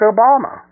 Obama